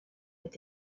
with